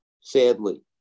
sadly